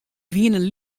wienen